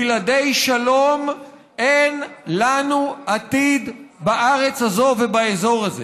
בלעדי שלום אין לנו עתיד בארץ הזו ובאזור הזה.